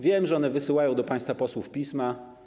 Wiem, że one wysyłają do państwa posłów pisma.